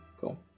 Cool